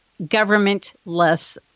governmentless